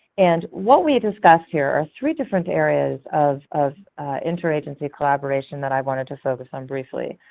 and what we discussed here are three different areas of of interagency collaboration that i wanted to focus on briefly.